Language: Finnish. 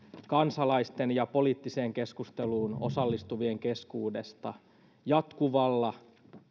kansalaisten ja poliittiseen keskusteluun osallistuvien keskuudesta jatkuvalla